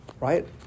Right